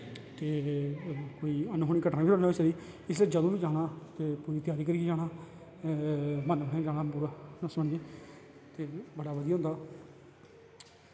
ते कोई अनहोनी घटनां बी होई सकदी इस लेई जिसलै बी जाना पूरी चैयारी करियै जाना मन कन्नैं जाना पूरा ते बड़ा बदियै होंदा